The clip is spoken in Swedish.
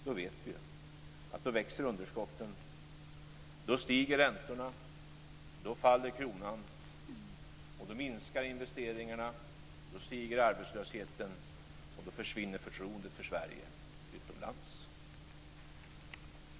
Vi vet ju att då växer underskotten, då stiger räntorna och då faller kronan. Då minskar investeringarna, då stiger arbetslösheten och då försvinner förtroendet för Sverige utomlands.